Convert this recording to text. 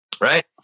Right